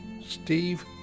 steve